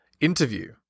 interview